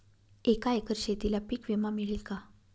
एका एकर शेतीला पीक विमा मिळेल का?